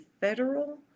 federal